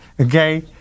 Okay